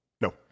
No